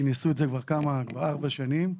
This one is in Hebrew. כי ניסו את זה כבר ארבע שנים,